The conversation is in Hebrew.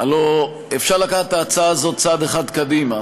הלוא אפשר לקחת את ההצעה הזאת צעד אחד קדימה